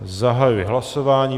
Zahajuji hlasování.